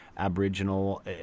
aboriginal